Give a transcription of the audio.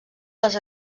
les